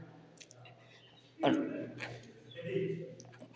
और